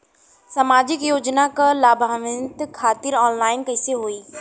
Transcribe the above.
सामाजिक योजना क लाभान्वित खातिर ऑनलाइन कईसे होई?